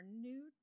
new